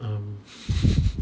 um